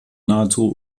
nahezu